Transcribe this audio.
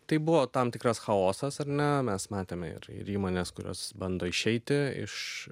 tai buvo tam tikras chaosas ar ne mes matėme ir ir įmones kurios bando išeiti iš